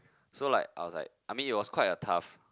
so like I was like I mean it was quite a tough